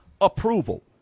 approval